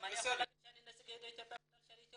גם אני יכול להגיד שאני נציג יהודי אתיופיה בגלל שאני אתיופי.